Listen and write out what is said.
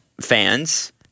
fans